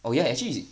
oh yeah actually is